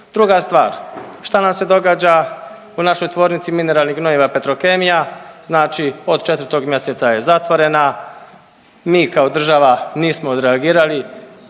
Druga stvar, šta nam se događa u našoj Tvornici mineralnih gnojiva Petrokemija? Znači od 4. mjeseca je zatvorena, mi kao država nismo odreagirali.